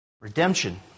redemption